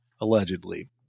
allegedly